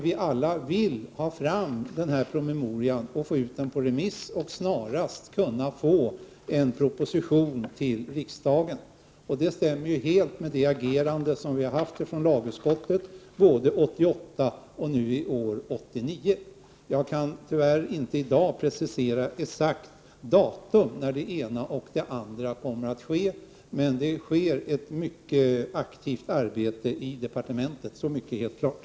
Vi vill alla ha fram den här promemorian, få ut den på remiss och snarast få en proposition till riksdagen. Det stämmer ju helt med lagutskottets agerande både 1988 och i år. Jag kan i dag tyvärr inte precisera exakt när det ena och det andra kommer att ske, men det pågår ett mycket aktivt arbete i departementet — så mycket är helt klart.